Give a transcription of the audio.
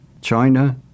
China